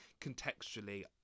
Contextually